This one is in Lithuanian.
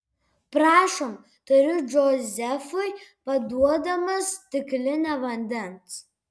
prašom tariu džozefui paduodama stiklinę vandens